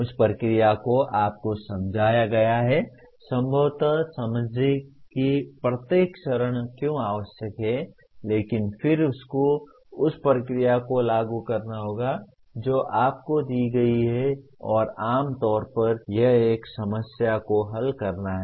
उस प्रक्रिया को आपको समझाया गया है संभवतः समझें कि प्रत्येक चरण क्यों आवश्यक है लेकिन फिर आपको उस प्रक्रिया को लागू करना होगा जो आपको दी गई है और आमतौर पर यह एक समस्या को हल करना है